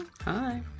Hi